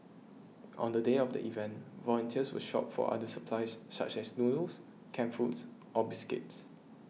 on the day of the event volunteers will shop for other supplies such as noodles canned foods or biscuits